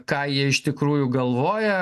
ką jie iš tikrųjų galvoja